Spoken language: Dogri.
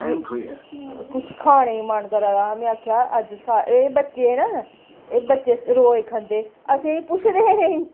कि कुछ खाने गी मन करा दा हा में आक्खेआ अज्ज सा एह् बच्चे ना एह् बच्चे रोज़ खंदे असेंगी पुच्छदे गै नी